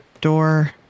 door